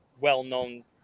well-known